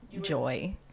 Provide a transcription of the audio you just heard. joy